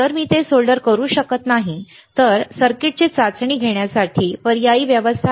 जर मी ते सोल्डर करू शकत नाही तर सर्किटची चाचणी घेण्यासाठी पर्यायी व्यवस्था का आहे